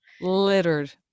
littered